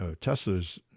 Tesla's